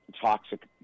toxic